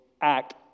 act